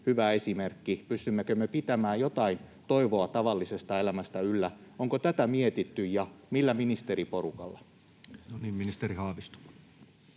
hyvä esimerkki? Pystymmekö me pitämään jotain toivoa tavallisesta elämästä yllä? Onko tätä mietitty, ja millä ministeriporukalla? [Speech 55]